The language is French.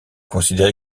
considéré